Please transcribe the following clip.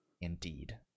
indeed